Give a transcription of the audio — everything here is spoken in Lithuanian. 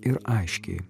ir aiškiai